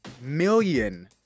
million